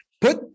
Put